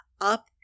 up